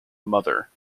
mother